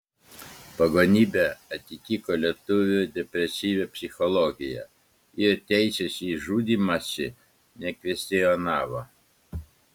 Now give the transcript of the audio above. pagonybė atitiko lietuvių depresyvią psichologiją ir teisės į žudymąsi nekvestionavo